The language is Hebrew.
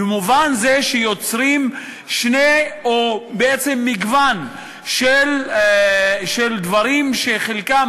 במובן זה שיוצרים מגוון של דברים שחלקם